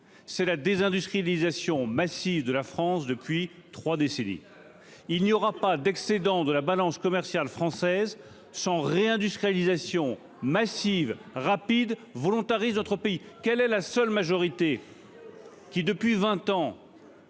c'est la désindustrialisation massive de la France depuis 3 décennies, il n'y aura pas d'excédent de la balance commerciale française 100 réindustrialisation massive rapide volontariste d'autres pays, quelle est la seule majorité qui depuis 20 ans.